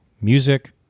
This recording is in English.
music